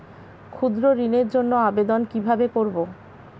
ক্ষুদ্র ঋণের জন্য আবেদন কিভাবে করব?